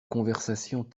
conversation